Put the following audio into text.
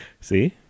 see